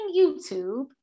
youtube